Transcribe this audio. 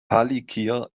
palikir